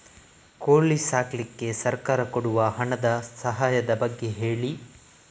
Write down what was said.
ಕೋಳಿ ಸಾಕ್ಲಿಕ್ಕೆ ಸರ್ಕಾರ ಕೊಡುವ ಹಣದ ಸಹಾಯದ ಬಗ್ಗೆ ಹೇಳಿ